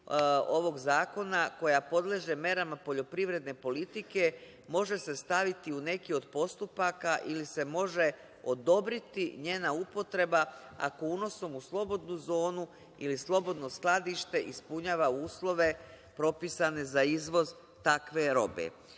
ovog zakona koja podleže merama poljoprivredne politike, može se staviti u neki od postupaka ili se može odobriti njena upotreba, ako unosom u slobodnu zonu ili slobodno skladište, ispunjava uslove propisane za izvoz takve robe. Ovo